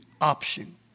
option